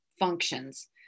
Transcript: Functions